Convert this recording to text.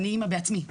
אני אימא בעצמי,